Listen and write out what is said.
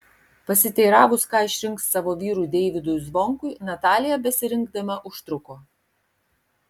pasiteiravus ką išrinks savo vyrui deivydui zvonkui natalija besirinkdama užtruko